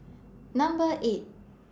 Number eight